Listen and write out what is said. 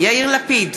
יאיר לפיד,